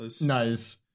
Nice